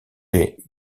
est